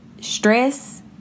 stress